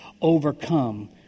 overcome